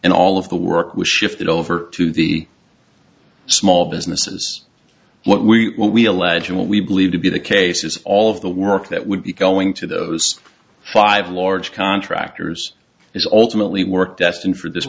and all of the work was shifted over to the small businesses what we allege and what we believe to be the case is all of the work that would be going to those five large contractors is ultimately work destined for this